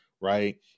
right